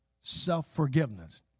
self-forgiveness